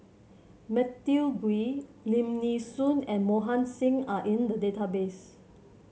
Matthew Ngui Lim Nee Soon and Mohan Singh are in the database